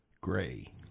gray